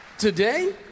Today